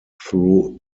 through